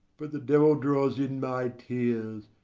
but the devil draws in my tears.